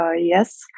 yes